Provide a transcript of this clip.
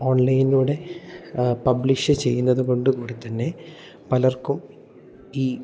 ഓൺലൈനിലൂടെ പബ്ലിഷ് ചെയ്യുന്നത് കൊണ്ട് കൂടി തന്നെ പലർക്കും ഈ